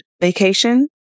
vacation